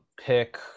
pick